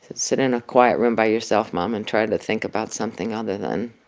sit in a quiet room by yourself, mom, and try to think about something other than